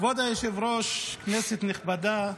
כבוד היושב-ראש, כנסת נכבדה,